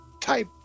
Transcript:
type